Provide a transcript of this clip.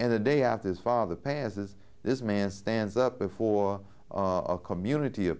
and the day after his father passes this man stands up before a community of